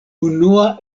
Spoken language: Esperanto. unua